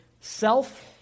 self